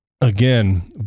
again